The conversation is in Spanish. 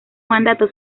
mandato